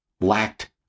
lacked